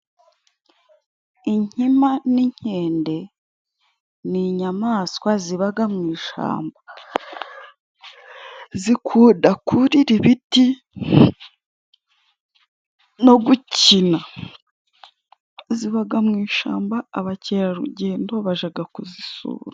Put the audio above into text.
Inkima n'inkende ni inyamaswa zibaga mu ishamba, zikunda kurira ibiti no gukina. Zibaga mu ishamba, abakerarugendo bajaga kuzisura.